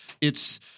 it's-